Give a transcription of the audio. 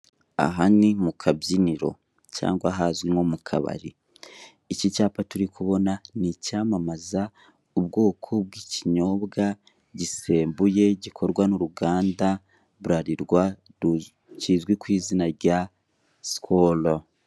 Aha ni mukabyiniro cyangwa ahazwi nko mukabari , iki cyapa turi kubona nicyamamaza ubwoko bwikinyobwa gisembuye gikorwa n'uruganda burarirwa kizwi kwizina rya sikoro.